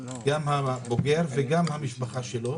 גם הבוגר וגם משפחתו,